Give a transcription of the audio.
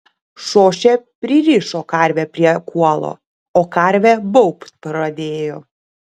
šošė pririšo karvę prie kuolo o karvė baubt pradėjo